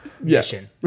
mission